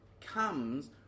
comes